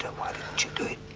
ah why didn't you do it?